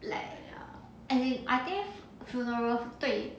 like ya as in I think funeral 对